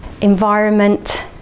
environment